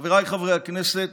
חבריי חברי הכנסת,